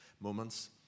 moments